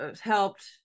helped